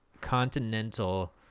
Continental